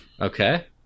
Okay